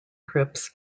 trips